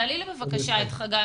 לא בהכרח עשרה אנשים בחדר,